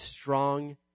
strong